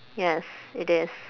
yes it is